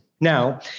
now